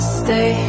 stay